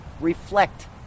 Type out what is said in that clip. reflect